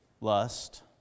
lust